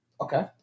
Okay